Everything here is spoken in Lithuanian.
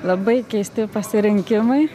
labai keisti pasirinkimai